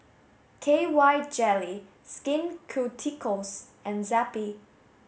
K Y jelly Skin Ceuticals and Zappy